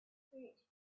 street